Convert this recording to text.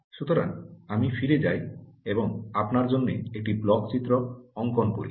সুতরাং আমি ফিরে যাই এবং আপনার জন্য একটি ব্লক চিত্র অঙ্কন করি